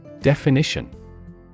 Definition